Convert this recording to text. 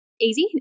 easy